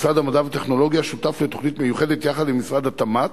משרד המדע והטכנולוגיה שותף לתוכנית מיוחדת יחד עם משרד התמ"ת,